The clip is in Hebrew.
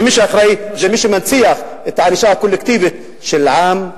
ומי שאחראי זה מי שמציע את הענישה הקולקטיבית של עם,